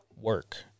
work